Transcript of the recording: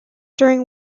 during